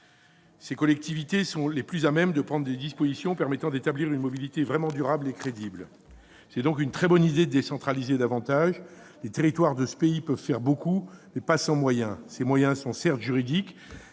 Ces collectivités sont les plus à même de prendre des dispositions permettant d'établir une mobilité vraiment durable et crédible. C'est donc une très bonne idée de décentraliser davantage ; les territoires de ce pays peuvent faire beaucoup, mais pas sans moyens. Ces derniers sont à la fois juridiques-